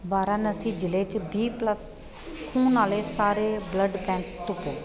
वाराणसी जि'ले च B plus खून आह्ले सारे ब्लड बैंक तुप्पो